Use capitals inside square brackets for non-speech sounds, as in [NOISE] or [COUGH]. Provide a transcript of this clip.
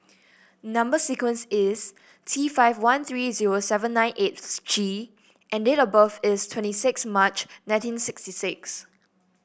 number sequence is T five one three zero seven nine eight [UNINTELLIGIBLE] G and date of birth is twenty six March nineteen sixty six